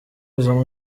izo